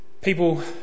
people